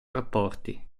rapporti